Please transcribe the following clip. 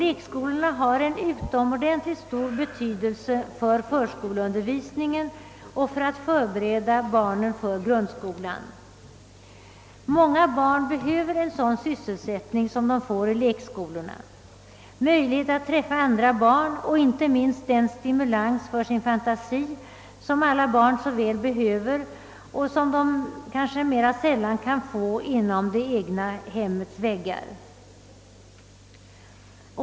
Lekskolorna har en utomordentligt stor betydelse för förskoleundervisningen och för att förbereda barnen för grundskolan. Många barn behöver en sådan sysselsättning som de får i lekskolorna, möjlighet att träffa andra barn och inte minst den stimulans för sin fantasi som alla barn så väl behöver och som de kanske mera sällan kan få inom det egna hemmets väggar.